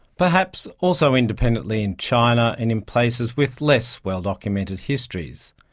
perhaps also independently in china and in places with less well documented histories.